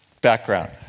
background